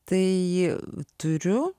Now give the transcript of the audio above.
tai ji turiu